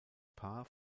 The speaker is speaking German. paar